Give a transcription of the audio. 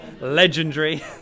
legendary